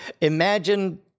imagine